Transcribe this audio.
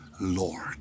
Lord